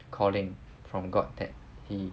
calling from god that he